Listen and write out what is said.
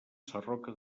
sarroca